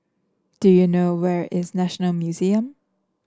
do you know where is National Museum